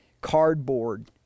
cardboard